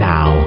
Now